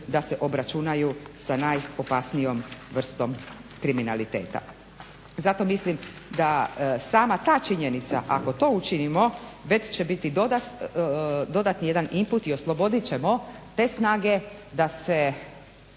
da se obračunaju sa najopasnijom vrstom kriminaliteta. Zato mislim da sama ta činjenica ako to učinimo već će biti dodatni jedan imput i oslobodit ćemo te snage da se